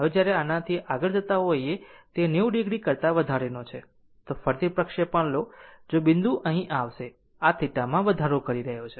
હવે જ્યારે આનાથી આગળ જતા હોય છે કે તે 90 o કરતા વધારેનો છે તો ફરીથી પ્રક્ષેપણ લો જો બિંદુ અહીં આવશે આ θ માં વધારો કરી રહ્યો છે